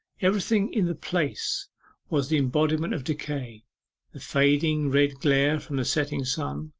everything in the place was the embodiment of decay the fading red glare from the setting sun,